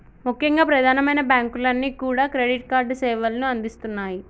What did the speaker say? ముఖ్యంగా ప్రధానమైన బ్యాంకులన్నీ కూడా క్రెడిట్ కార్డు సేవలను అందిస్తున్నాయి